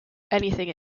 anything